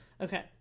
Okay